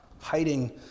hiding